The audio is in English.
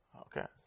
Okay